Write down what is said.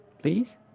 please